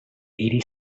hiri